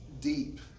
deep